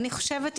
אני חושבת,